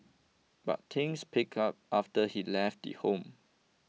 but things picked up after he left the home